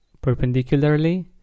perpendicularly